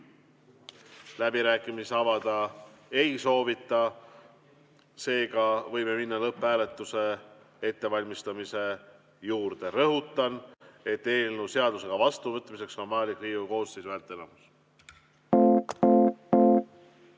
Läbirääkimisi avada ei soovita, seega võime minna lõpphääletuse ettevalmistamise juurde. Rõhutan, et eelnõu seadusena vastuvõtmiseks on vajalik Riigikogu koosseisu häälteenamus.